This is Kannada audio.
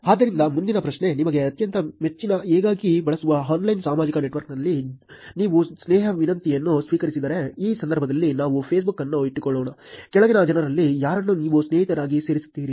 ಆದ್ದರಿಂದ ಮುಂದಿನ ಪ್ರಶ್ನೆ ನಿಮ್ಮ ಅತ್ಯಂತ ಮೆಚ್ಚಿನ ಹೆಚ್ಚಾಗಿ ಬಳಸುವ ಆನ್ಲೈನ್ ಸಾಮಾಜಿಕ ನೆಟ್ವರ್ಕ್ನಲ್ಲಿ ನೀವು ಸ್ನೇಹ ವಿನಂತಿಯನ್ನು ಸ್ವೀಕರಿಸಿದರೆ ಈ ಸಂದರ್ಭದಲ್ಲಿ ನಾವು ಫೇಸ್ಬುಕ್ ಅನ್ನು ಇಟ್ಟುಕೊಳ್ಳೋಣ ಕೆಳಗಿನ ಜನರಲ್ಲಿ ಯಾರನ್ನು ನೀವು ಸ್ನೇಹಿತರಾಗಿ ಸೇರಿಸುತ್ತೀರಿ